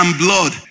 blood